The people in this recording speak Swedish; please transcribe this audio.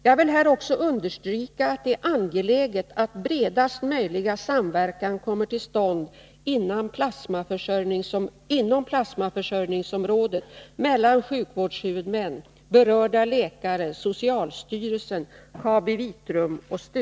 Jag vill här också understryka att det är angeläget att bredaste möjliga samverkan kommer till stånd inom plasmaförsörjningsområdet mellan sjukvårdshuvudmän, berörda läkare, socialstyrelsen, KabiVitrum och STU.